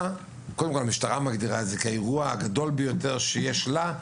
המשטרה מגדירה את זה כאירוע הגדול ביותר שיש לה,